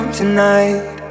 tonight